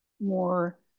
more